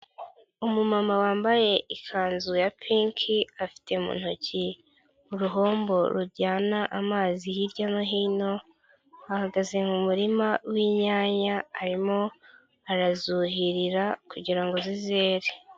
Umumama wambaye ikanzu ya pinki afite mu ntoki uruhombo rujyana amazi hirya no hino, ahagaze mu murima w'inyanya arimo arazuhirira kugira ngo zizere.